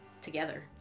together